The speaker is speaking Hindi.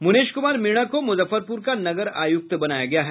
मनेश कुमार मीणा को मुजफ्फरपुर का नगर आयुक्त बनाया गया है